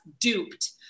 duped